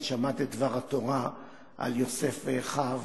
את שמעת את דבר התורה על יוסף ואחיו